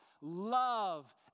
love